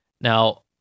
Now